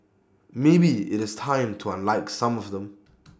maybe IT is time to unlike some of them